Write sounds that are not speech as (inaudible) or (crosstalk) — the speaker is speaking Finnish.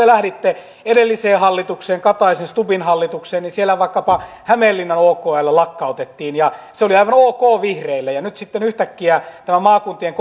(unintelligible) lähditte edelliseen hallitukseen kataisen stubbin hallitukseen niin siellä vaikkapa hämeenlinnan okl lakkautettiin ja se oli aivan ok vihreille ja nyt sitten yhtäkkiä tämä maakuntien (unintelligible)